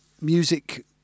music